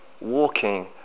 walking